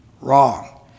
wrong